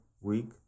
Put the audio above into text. week